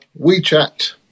WeChat